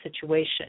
situation